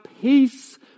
peace